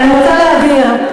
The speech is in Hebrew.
אני רוצה להבהיר.